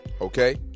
okay